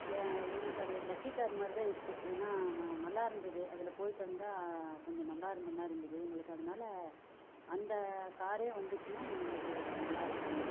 எங்களுக்கு அது ஒரு லக்கி காரு மாதிரி தான் இருக்குது ஏன்னா ந நல்லாயிருந்துது அதில் போயிட்டு வந்தால் கொஞ்சம் நல்லாயிருந்த மாதிரி இருந்தது எங்களுக்கு அதனால அந்த கார் வந்துச்சின்னால் எங்களுக்கு நல்லாயிருக்கும்